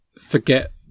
forget